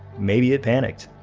maybe it panicked!